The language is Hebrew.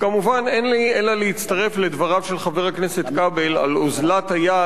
כמובן אין לי אלא להצטרף לדבריו של חבר הכנסת כבל על אוזלת היד,